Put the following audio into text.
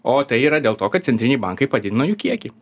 o tai yra dėl to kad centriniai bankai padidino jų kiekį